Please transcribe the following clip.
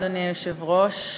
אדוני היושב-ראש,